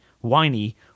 whiny